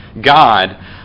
God